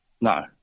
No